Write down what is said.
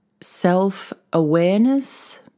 self-awareness